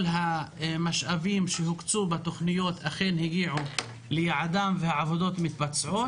המשאבים שהוקצו בתוכניות אכן הגיעו ליעדם והעבודות מתבצעות.